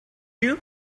you